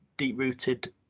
Deep-rooted